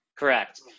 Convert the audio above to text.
correct